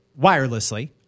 wirelessly